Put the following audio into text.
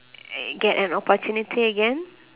uh get an opportunity again